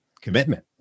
commitment